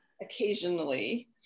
occasionally